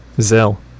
Zell